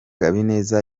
habineza